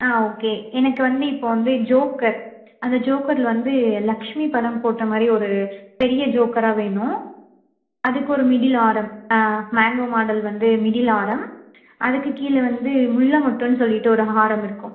ஆ okay எனக்கு வந்து இப்போ வந்து ஜோக்கர் அந்த ஜோக்கரில் வந்து லக்ஷ்மி படம் போட்ட மாதிரி ஒரு பெரிய ஜோக்கராக வேணும் அதுக்கு ஒரு மிடில் ஆரம் மேங்கோ மாடல் வந்து மிடில் ஆரம் அதற்கு கீழே வந்து முல்லை மொட்டு சொல்லிட்டு ஒரு ஆரம் இருக்கும்